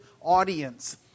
audience